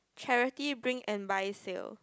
charity bring and buy sale